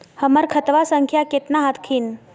हमर खतवा संख्या केतना हखिन?